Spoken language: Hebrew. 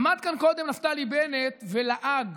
עמד כאן קודם נפתלי בנט ולעג,